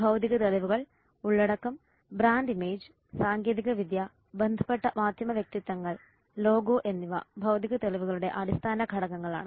ഭൌതിക തെളിവുകൾ ഉള്ളടക്കം ബ്രാൻഡ് ഇമേജ് സാങ്കേതികവിദ്യ ബന്ധപ്പെട്ട മാധ്യമ വ്യക്തിത്വങ്ങൾ ലോഗോ എന്നിവ ഭൌതിക തെളിവുകളുടെ അടിസ്ഥാന ഘടകങ്ങളാണ്